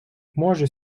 може